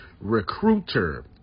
Recruiter